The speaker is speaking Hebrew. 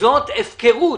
זאת הפקרות,